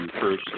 first